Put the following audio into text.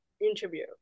interview